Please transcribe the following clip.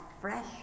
fresh